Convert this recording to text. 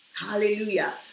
Hallelujah